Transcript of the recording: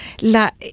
la